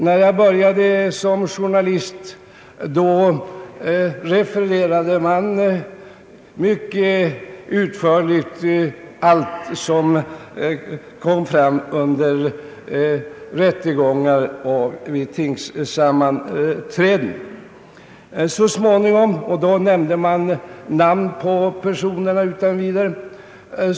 När jag började som journalist refererade man utförligt allt som kom fram under rättegångar och vid tingssammanträden. Då nämnde man namnen på de inblandade personerna utan vidare.